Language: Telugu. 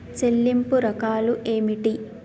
చెల్లింపు రకాలు ఏమిటి?